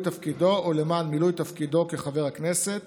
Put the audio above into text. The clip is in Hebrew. תפקידו או למען מילוי תפקידו כחבר הכנסת